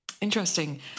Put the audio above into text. Interesting